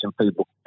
people